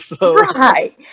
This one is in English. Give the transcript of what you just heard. right